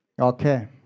Okay